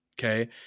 Okay